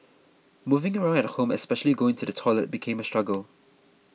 moving around at home especially going to the toilet became a struggle